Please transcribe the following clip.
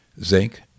Zinc